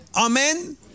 Amen